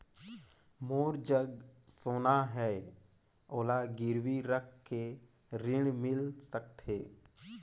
मोर जग सोना है ओला गिरवी रख के ऋण मिल सकथे?